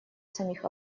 самих